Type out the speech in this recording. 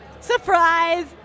surprise